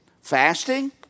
Fasting